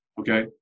Okay